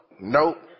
nope